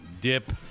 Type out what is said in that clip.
dip